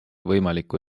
võimaliku